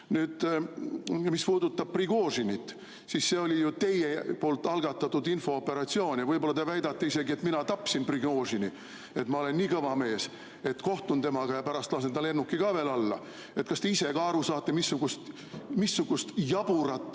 Nüüd, mis puudutab Prigožinit, siis see oli teie algatatud infooperatsioon. Võib-olla te väidate isegi, et mina tapsin Prigožini, et ma olen nii kõva mees, et kohtun temaga ja pärast lasen ta lennuki ka veel alla. Kas te ise ka aru saate, missugust jaburat